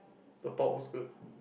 the pork was good